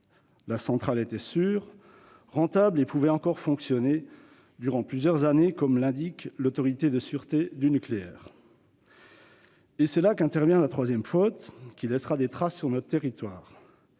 La centrale était sûre et rentable ; elle pouvait encore fonctionner durant plusieurs années, comme l'indique l'Autorité de sûreté nucléaire. C'est là qu'intervient la troisième faute, qui laissera des traces sur notre territoire